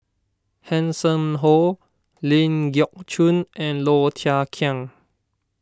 Hanson Ho Ling Geok Choon and Low Thia Khiang